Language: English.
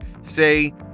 say